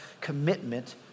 commitment